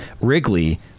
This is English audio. Wrigley